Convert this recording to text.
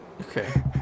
Okay